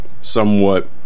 somewhat